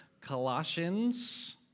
Colossians